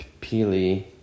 Peely